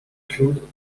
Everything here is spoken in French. claude